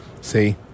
See